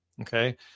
Okay